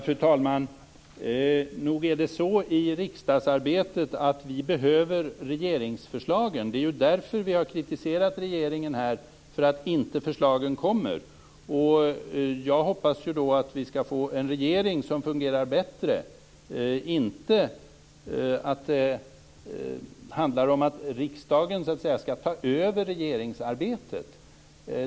Fru talman! Nog är det så i riksdagsarbetet att vi behöver regeringsförslagen. Det är ju därför som vi har kritiserat regeringen här för att förslagen inte kommer. Jag hoppas att vi skall få en regering som fungerar bättre. Det handlar inte om att riksdagen skall ta över regeringsarbetet.